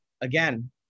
Again